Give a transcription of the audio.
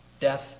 death